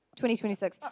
2026